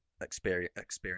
experience